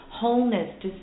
wholeness